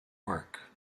work